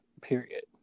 period